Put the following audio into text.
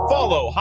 Follow